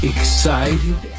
Excited